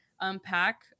unpack